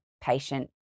patient